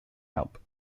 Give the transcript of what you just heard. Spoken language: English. help